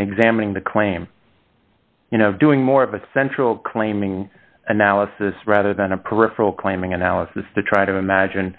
in examining the claim you know doing more of a central claiming analysis rather than a peripheral claiming analysis to try to imagine